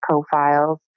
profiles